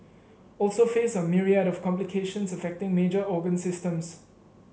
also face a myriad of complications affecting major organ systems